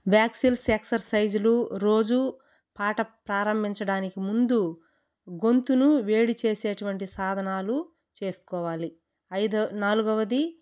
vocal ఎక్సర్సైజులు రోజు పాట ప్రారంభించడానికి ముందు గొంతును వేడి చేసేటువంటి సాధనాలు చేసుకోవాలి ఐదు నాలుగవది